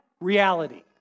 reality